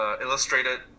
illustrated